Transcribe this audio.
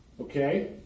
Okay